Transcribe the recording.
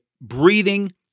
breathing